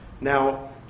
Now